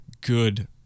good